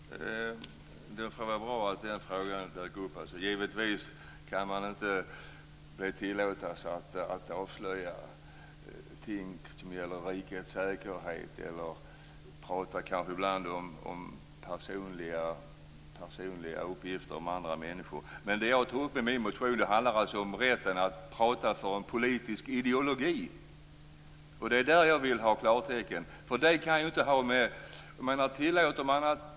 Herr talman! Det var bra att den frågan dök upp. Givetvis kan man inte tillåta att ting som gäller rikets säkerhet eller personliga uppgifter om människor avslöjas. Men det som jag tog upp i min motion handlar om rätten att tala för en politisk ideologi. Det är här jag vill ha klartecken.